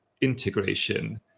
integration